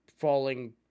falling